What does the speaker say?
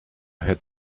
had